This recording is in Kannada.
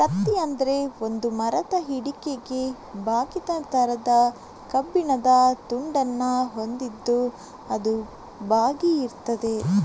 ಕತ್ತಿ ಅಂದ್ರೆ ಒಂದು ಮರದ ಹಿಡಿಕೆಗೆ ಬಾಗಿದ ತರದ ಕಬ್ಬಿಣದ ತುಂಡನ್ನ ಹೊಂದಿದ್ದು ಅದು ಬಾಗಿ ಇರ್ತದೆ